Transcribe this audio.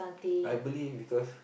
I believe because